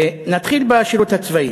נתחיל בשירות הצבאי.